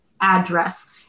address